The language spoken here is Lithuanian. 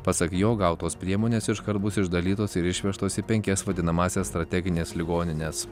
pasak jo gautos priemonės iškart bus išdalytos ir išvežtos į penkias vadinamąsias strategines ligonines